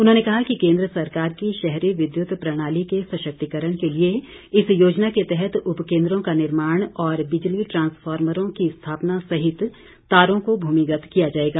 उन्होंने कहा कि केंद्र सरकार की शहरी विद्युत प्रणाली के सशक्तिकरण के लिए इस योजना के तहत उपकेंद्रों का निर्माण और बिजली ट्रांसफार्मरों की स्थापना सहित तारों को भूमिगत किया जाएगा